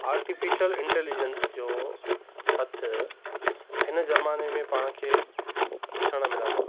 artificial intelligence जो हथु हिन ज़माने में पाण खे ॾिसणु मिलंदो